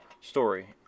story